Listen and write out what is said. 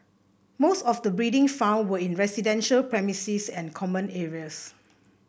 most of the breeding found were in residential premises and common areas